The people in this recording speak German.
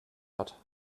hat